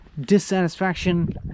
dissatisfaction